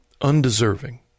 undeserving